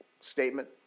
statement